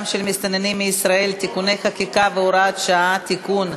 של מסתננים מישראל (תיקוני חקיקה והוראת שעה) (תיקון),